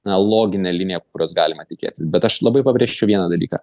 na loginė linija kurios galima tikėtis bet aš labai pabrėžčiau vieną dalyką